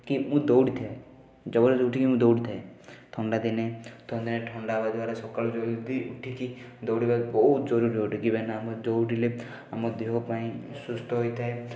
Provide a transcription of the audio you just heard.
କି ମୁଁ ଦୌଡ଼ିଥାଏ ଜବରଦସ୍ତି ଉଠିକି ମୁଁ ଦୌଡ଼ିଥାଏ ଥଣ୍ଡାଦିନେ ଥଣ୍ଡା ହେବା ଦ୍ୱାରା ସକାଳୁ ଜଲ୍ଦି ଉଠିକି ଦୌଡ଼ିବା ବହୁତ ଜରୁରୀ ଅଟେ କି ନା ଆମେ ଦୌଡ଼ିଲେ ଆମ ଦେହପାଇଁ ସୁସ୍ଥ ହୋଇଥାଏ